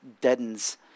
deadens